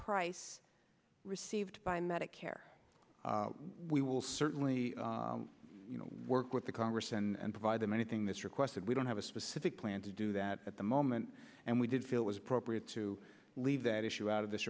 price received by medicare we will certainly work with the congress and provide them anything this requested we don't have a specific plan to do that at the moment and we did feel was appropriate to leave that issue out of this